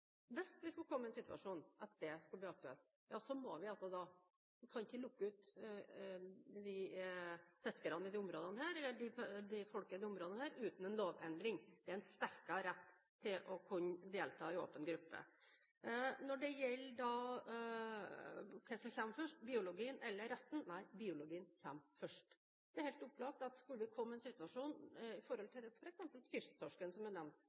Hvis vi skulle komme i en situasjon der det skulle bli aktuelt, kan vi ikke utelukke fiskerne i disse områdene uten en lovendring. Det er en sterkere rett til å kunne delta i åpen gruppe. Når det gjelder hva som kommer først, biologien eller retten: Biologien kommer først. Det er opplagt at skulle vi komme i en situasjon